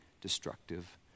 destructive